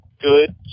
good